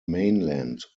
mainland